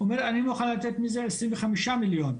האוצר אומר אני מוכן לתת מזה עשרים וחמישה מיליון,